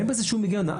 אין בזה שום הגיון.